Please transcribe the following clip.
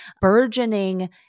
burgeoning